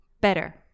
better